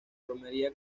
romería